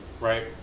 right